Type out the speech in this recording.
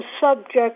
subject